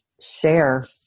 share